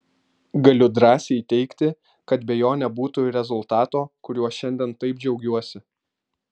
galiu drąsiai teigti kad be jo nebūtų ir rezultato kuriuo šiandien taip džiaugiuosi